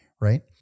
Right